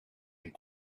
and